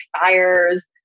fires